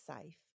safe